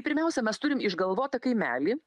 pirmiausia mes turim išgalvotą kaimelį